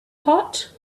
hot